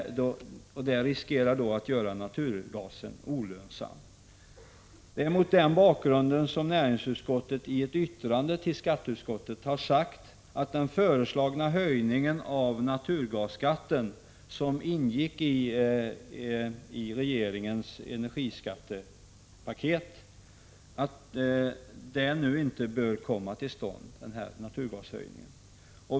Detta riskerar att göra naturgasen olönsam. Det är mot den bakgrunden som näringsutskottet i ett yttrande till skatteutskottet har sagt att den föreslagna höjningen av naturgasskatten, som ingick i regeringens energiskattepaket, nu inte bör komma till stånd.